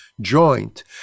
joint